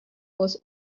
was